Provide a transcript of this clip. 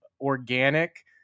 organic